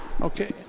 okay